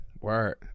Word